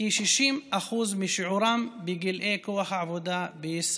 כ-60% משיעורם בגילי כוח העבודה בישראל.